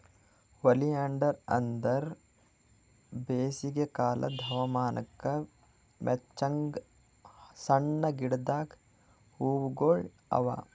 oleander ಅಂದುರ್ ಬೇಸಿಗೆ ಕಾಲದ್ ಹವಾಮಾನಕ್ ಮೆಚ್ಚಂಗ್ ಸಣ್ಣ ಗಿಡದ್ ಹೂಗೊಳ್ ಅವಾ